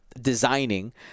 designing